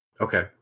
Okay